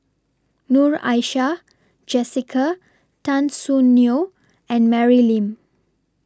Noor Aishah Jessica Tan Soon Neo and Mary Lim